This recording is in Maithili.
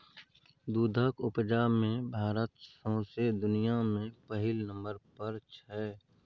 दुधक उपजा मे भारत सौंसे दुनियाँ मे पहिल नंबर पर छै